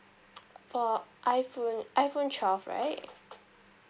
uh iPhone iPhone twelve right